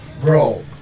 Bro